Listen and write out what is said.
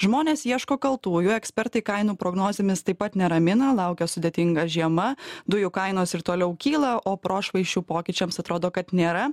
žmonės ieško kaltųjų ekspertai kainų prognozėmis taip pat neramina laukia sudėtinga žiema dujų kainos ir toliau kyla o prošvaisčių pokyčiams atrodo kad nėra